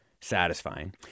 satisfying